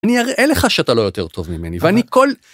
אני אראה לך שאתה לא יותר טוב ממני ואני כל